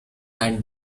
and